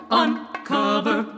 uncover